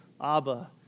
Abba